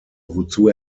wozu